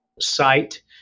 site